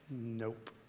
nope